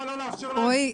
רועי,